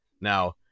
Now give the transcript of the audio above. Now